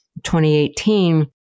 2018